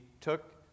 took